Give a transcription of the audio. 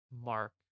mark